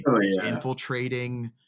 infiltrating